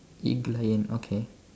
eaglion okay